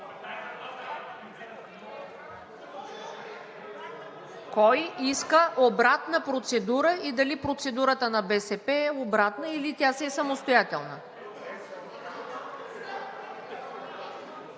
Кой иска обратна процедура? И дали процедурата на БСП е обратна, или тя си е самостоятелна?